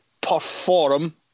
perform